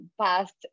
past